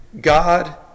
God